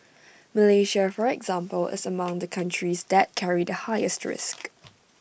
Malaysia for example is among the countries that carry the highest risk